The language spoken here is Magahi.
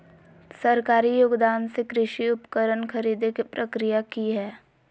सरकारी योगदान से कृषि उपकरण खरीदे के प्रक्रिया की हय?